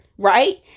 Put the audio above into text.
Right